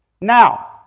Now